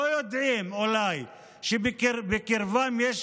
אנשים אולי לא יודעים שבקרבם יש